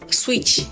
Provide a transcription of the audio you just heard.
switch